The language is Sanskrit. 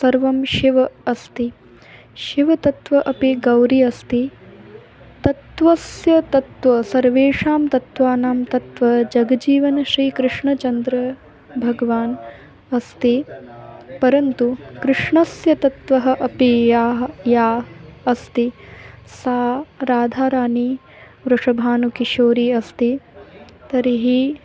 सर्वं शिव्ः अस्ति शिवतत्त्वम् अपि गौरी अस्ति तत्त्वस्य तत्त्वं सर्वेषां तत्त्वानां तत्त्वजगजीवनं श्रीकृष्णचन्द्रभगवान् अस्ति परन्तु कृष्णस्य तत्त्वम् अपि याः या अस्ति सा राधाराणी वृषभानुकिशोरी अस्ति तर्हि